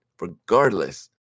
regardless